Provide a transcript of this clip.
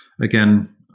Again